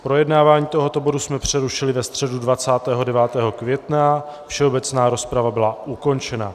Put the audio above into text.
Projednávání tohoto bodu jsme přerušili ve středu 29. května, všeobecná rozprava byla ukončena.